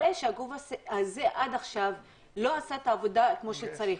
מראה שהגוף הזה עד עכשיו לא עשה את העבודה כמו שצריך.